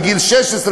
בגיל 16,